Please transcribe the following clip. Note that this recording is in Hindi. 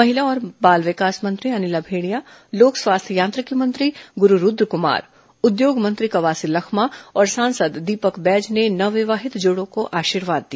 महिला और बाल विकास मंत्री अनिला भेंडिया लोक स्वास्थ्य यांत्रिकी मंत्री गुरू रूद्रकुमार उद्योग मंत्री कवासी लखमा और सांसद दीपक बैज ने नवविवाहित जोड़ों को आशीर्वाद दिया